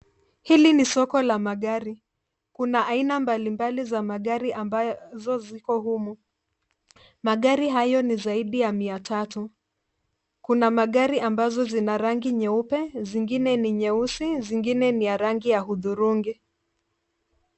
Hili ni soko la magari. Kuna aina mbalimbali za magari ambazo ziko humu. Magari hayo ni zaidi ya mia tatu. Kuna magari ambazo zina rangi nyeupe, zingine ni nyeusi, zingine ni ya rangi ya hudhurungi.